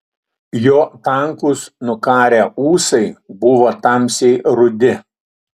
jo tankūs nukarę ūsai buvo tamsiai rudi